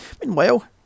Meanwhile